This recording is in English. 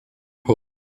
hose